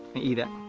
eat it!